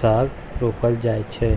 साग रोपल जाई छै